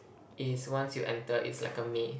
is once you enter it's like a maze